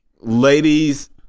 ladies